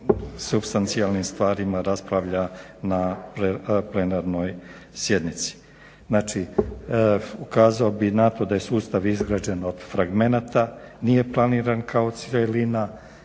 supstancijalnim stvarima raspravlja na plenarnoj sjednici. Znači ukazao bih na to da je sustav izgrađen od fragmenata, nije planiran kao cjelina